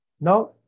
Now